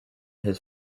his